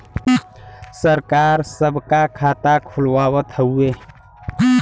सरकार सबका खाता खुलवावत हउवे